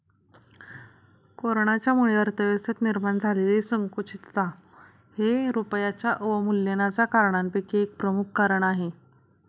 कोरोनाच्यामुळे अर्थव्यवस्थेत निर्माण झालेली संकुचितता हे रुपयाच्या अवमूल्यनाच्या कारणांपैकी एक प्रमुख कारण आहे